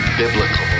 biblical